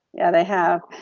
yeah, they have.